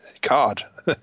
God